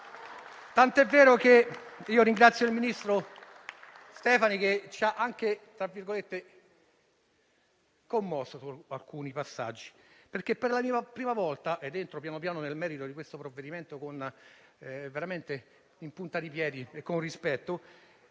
Ringrazio altresì il ministro Stefani, che ci ha anche commosso su alcuni passaggi, perché per la prima volta, entrando pian piano nel merito di questo provvedimento veramente in punta di piedi e con rispetto,